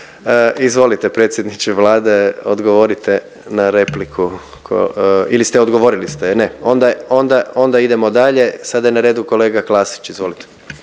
Izvolite predsjedniče Vlade, odgovorite na repliku. Ili ste odgovorili ste, ne. Onda, onda, onda idemo dalje. Sada je na redu kolega Klasić, izvolite.